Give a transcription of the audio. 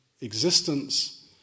existence